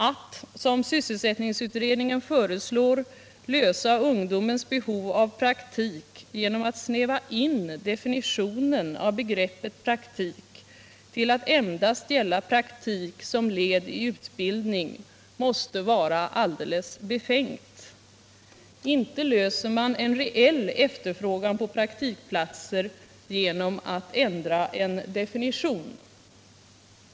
Att såsom sysselsättningsutredningen föreslår tillgodose ungdomens behov av praktik genom att snäva till definitionen av begreppet praktik så att det endast gäller praktik som led i utbildning måste vara Nr 44 alldeles befängt. Inte tillfredsställer man en reell efterfrågan på prak Torsdagen den tikplatser genom att ändra en definition.